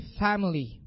family